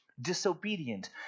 disobedient